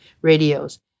radios